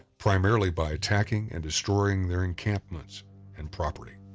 primarily by attacking and destroying their encampments and property.